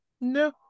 no